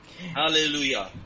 Hallelujah